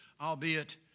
albeit